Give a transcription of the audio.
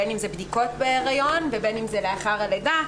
בין אם זה בדיקות בהיריון ובין אם זה לאחר הלידה.